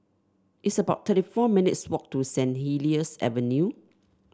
it's about thirty four minutes' walk to Saint Helier's Avenue